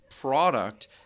product